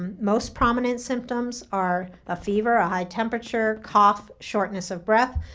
um most prominent symptoms are a fever, a high temperature, cough, shortness of breath,